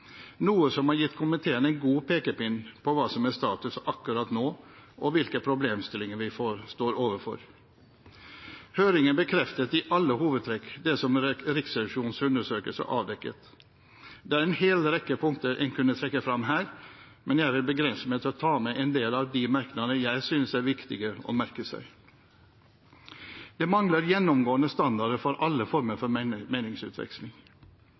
noe som har gitt komiteen en god pekepinn om hva som er status akkurat nå, og hvilke problemstillinger vi står overfor. Høringen bekreftet i alle hovedtrekk det som Riksrevisjonens undersøkelse avdekket. Det er en hel rekke punkter en kunne trekke frem her, men jeg vil begrense meg til å ta med en del av de merknadene jeg syns er viktige å merke seg: Det mangler gjennomgående standarder for alle former for